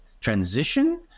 transition